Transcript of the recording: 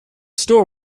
store